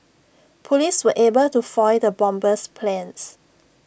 Police were able to foil the bomber's plans